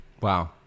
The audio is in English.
Wow